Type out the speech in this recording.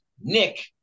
Nick